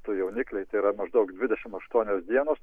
tie jaunikliai tai yra maždaug dvidešimt aštuonios dienos